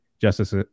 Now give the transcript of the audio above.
Justice